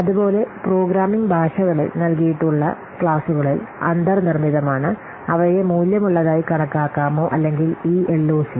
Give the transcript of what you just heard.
അതുപോലെ പ്രോഗ്രാമിംഗ് ഭാഷകളിൽ നൽകിയിട്ടുള്ള ക്ലാസുകളിൽ അന്തർനിർമ്മിതമാണ് അവയെ മൂല്യമുള്ളതായി കണക്കാക്കാമോ അല്ലെങ്കിൽ ഈ എൽഒസി